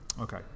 Okay